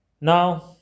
Now